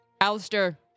Alistair